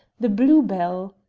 the blue-bell.